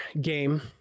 game